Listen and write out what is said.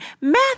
math